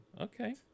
okay